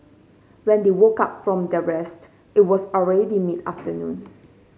when they woke up from their rest it was already mid afternoon